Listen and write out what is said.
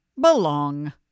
belong